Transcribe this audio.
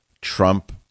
trump